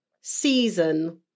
season